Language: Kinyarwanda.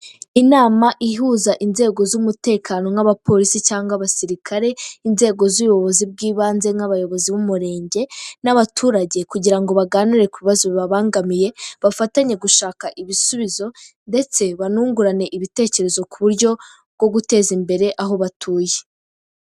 Inama ihuza inzego z'umutekano nk'abapolisi cyangwa abasirikare, inzego z'ubuyobozi bw'ibanze nk'abayobozi b'Umurenge n'abaturage kugira ngo baganire ku bibazo bibabangamiye bafatanye gushaka ibisubizo ndetse banungurane ibitekerezo ku buryo bwo guteza imbere aho batuye.